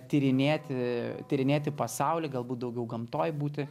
tyrinėti tyrinėti pasaulį galbūt daugiau gamtoj būti